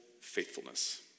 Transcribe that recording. faithfulness